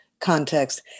context